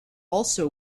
also